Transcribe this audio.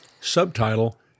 subtitle